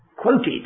quoted